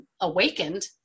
awakened